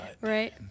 Right